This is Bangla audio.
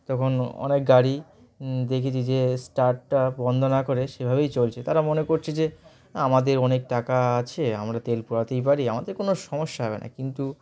তখন অনেক গাড়ি দেখেছি যে স্টার্টটা বন্ধ না করে সেভাবেই চলছে তারা মনে করছে যে আমাদের অনেক টাকা আছে আমরা তেল পোড়াতেই পারি আমাদের কোনো সমস্যা হবে না কিন্তু